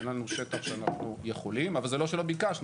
אין לנו שטח שאנחנו יכולים, אבל זה לא שלא ביקשנו.